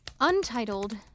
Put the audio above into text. Untitled